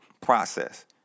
process